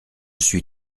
suis